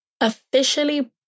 officially